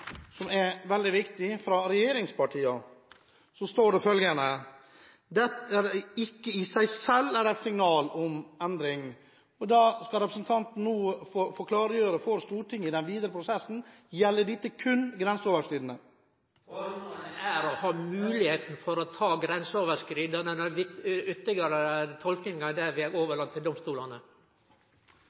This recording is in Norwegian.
som er veldig viktig, står det at dette ikke i seg selv er et signal om endring». Representanten skal nå få klargjøre for Stortinget i den videre prosessen: Gjelder dette kun grenseoverskridende kriminalitet? Formålet er å ha moglegheit for å ta grenseoverskridande kriminalitet. Ytterlegare tolkingar vil eg overlate til domstolane. Vi får antakelig prøve å avklare dette: Er